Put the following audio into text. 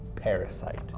Parasite